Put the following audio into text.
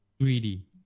greedy